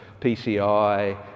PCI